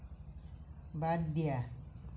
বাদ দিয়া